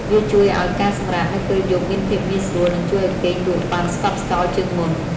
វាជួយឱ្យការសម្រាកនៅពេលយប់មានភាពងាយស្រួល និងជួយឱ្យគេងលក់បានស្កប់ស្កល់ជាងមុន។